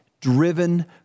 driven